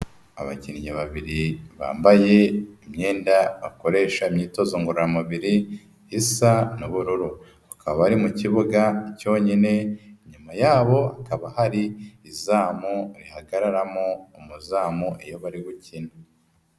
Abakinnyi babiri bambaye imyenda bakoresha imyitozo ngororamubiri isa n'ubururu bakaba ari mu kibuga cyonyine inyuma yabo, hakaba hari izamu rihagararamo umuzamu iyo bari bukina.